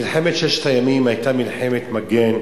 מלחמת ששת הימים היתה מלחמת מגן,